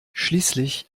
schließlich